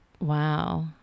Wow